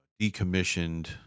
decommissioned